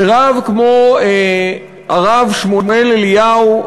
שרב כמו הרב שמואל אליהו,